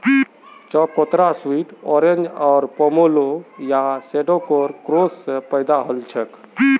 चकोतरा sweet orange or pomelo या शैडॉकेर क्रॉस स पैदा हलछेक